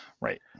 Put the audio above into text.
right